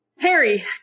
Harry